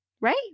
Right